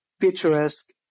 picturesque